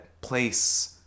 place